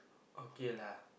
okay lah